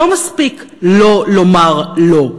לא מספיק לא לומר לא,